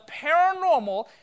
paranormal